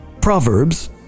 Proverbs